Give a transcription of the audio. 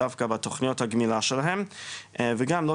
דווקא בתוכניות הגמילה שלהם וגם לא